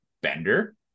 bender